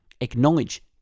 Acknowledge